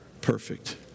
Perfect